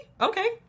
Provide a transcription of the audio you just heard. Okay